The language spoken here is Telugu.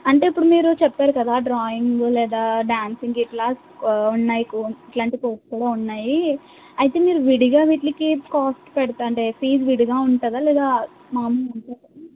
అంటే ఇప్పుడు మీరు చెప్పారు కదా డ్రాయింగ్ లేదా డ్యాన్సింగ్ ఇట్లా కొ ఉన్నాయి కొ ఇట్లాంటివి క్రొత్తగా ఉన్నాయి అయితే మీరు విడిగా వీటికి కాస్ట్ పెడతా అంటే ఫీజు విడిగా ఉంటుందా లేదా మామూలగా